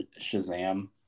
Shazam